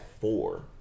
four